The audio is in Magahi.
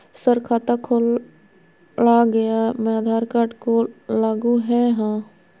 सर खाता खोला गया मैं आधार कार्ड को लागू है हां?